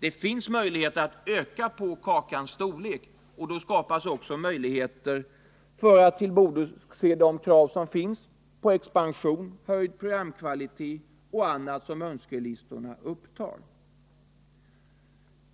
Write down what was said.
Det finns möjligheter att öka kakans storlek, och då skapas också förutsättningar att tillgodose de krav som finns på expansion, på kvalitet och annat som tas upp på önskelistorna. vision, m.m.